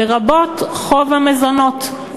לרבות חוב על מזונות,